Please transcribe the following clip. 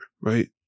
right